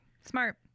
Smart